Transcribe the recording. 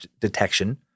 detection